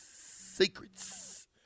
Secrets